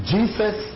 Jesus